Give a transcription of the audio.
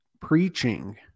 preaching